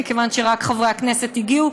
מכיוון שרק חברי הכנסת הגיעו,